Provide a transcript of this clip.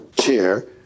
chair